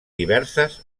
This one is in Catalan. diverses